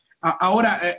Ahora